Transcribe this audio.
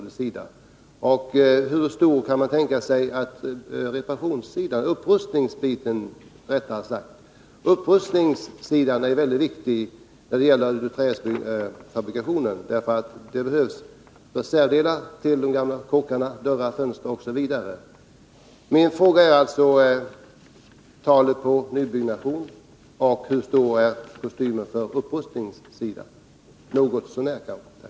Det skulle vara intressant att veta vad statsrådet anser om nybyggnationens och upprustningsverksamhetens omfattning framöver. Upprustningsverksamheten är mycket viktig för träindustrin, eftersom det finns stort behov av reservdelar till gamla hus — dörrar, fönster m.m. Jag undrar alltså vilken siffra som skall gälla för nybyggnationen och hur stor volymen är för upprustningsverksamheten.